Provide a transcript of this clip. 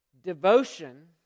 devotion